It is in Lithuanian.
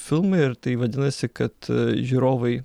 filmai ir tai vadinasi kad žiūrovai